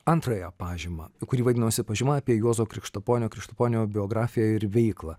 antrąją pažymą kuri vadinosi pažyma apie juozo krikštaponio krištaponio biografiją ir veiklą